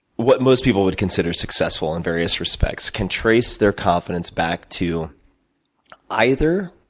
what most people would consider successful, in various respects, can trace their confidence back to either,